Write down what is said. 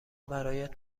برایت